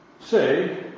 say